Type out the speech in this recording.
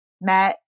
met